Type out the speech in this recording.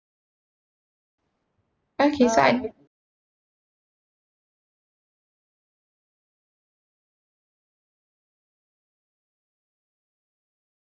okay so I